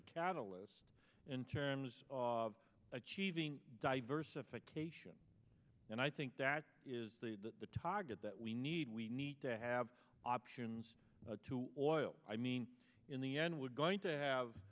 a catalyst in terms of achieving diversification and i think that is the target that we need we need to have options to oil i mean in the end we're going to have